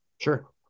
Sure